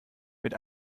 mit